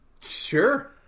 Sure